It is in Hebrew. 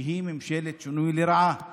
שהיא ממשלת שינוי לרעה